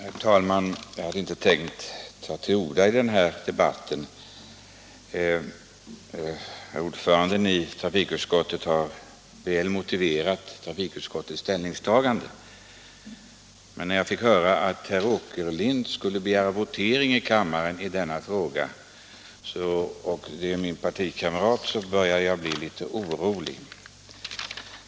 Herr talman! Jag hade inte tänkt ta till orda i den här debatten, eftersom trafikutskottets ordförande väl har motiverat dess ställningstagande. Men när jag fick höra att min partivän herr Åkerlind skulle begära votering i kammaren i denna fråga började jag bli litet orolig.